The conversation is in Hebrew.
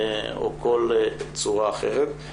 או כל צורה אחרת.